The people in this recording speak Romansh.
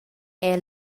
era